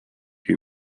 you